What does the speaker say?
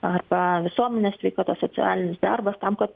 arba visuomenės sveikata socialinis darbas tam kad